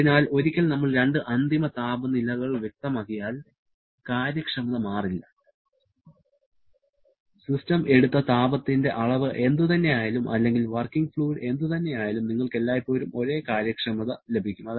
അതിനാൽ ഒരിക്കൽ നമ്മൾ രണ്ട് അന്തിമ താപനിലകൾ വ്യക്തമാക്കിയാൽ കാര്യക്ഷമത മാറില്ല സിസ്റ്റം എടുത്ത താപത്തിന്റെ അളവ് എന്ത് തന്നെ ആയാലും അല്ലെങ്കിൽ വർക്കിംഗ് ഫ്ലൂയിഡ് എന്ത് തന്നെ ആയാലും നിങ്ങൾക്ക് എല്ലായ്പ്പോഴും ഒരേ കാര്യക്ഷമത ലഭിക്കും